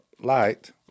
light